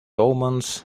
omens